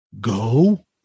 go